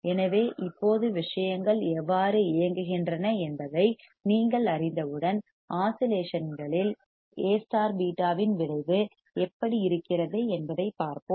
எனவே இப்போது விஷயங்கள் எவ்வாறு இயங்குகின்றன என்பதை நீங்கள் அறிந்தவுடன் ஆஸிலேஷன்களில் A β இன் விளைவு எப்படி இருக்கிறது என்பதைப் பார்ப்போம்